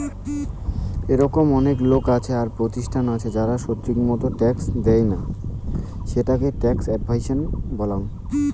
এরকম অনেক লোক আর প্রতিষ্ঠান আছে যারা ঠিকমতো ট্যাক্স দেইনা, সেটাকে ট্যাক্স এভাসন বলাঙ্গ